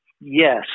Yes